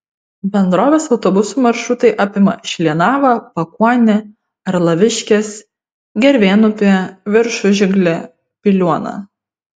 bendrovės autobusų maršrutai apima šlienavą pakuonį arlaviškes gervėnupį viršužiglį piliuoną